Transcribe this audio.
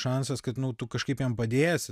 šansas kad nu tu kažkaip jam padėsi